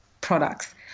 products